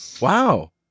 Wow